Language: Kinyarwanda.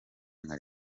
nka